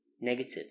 negative